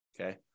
Okay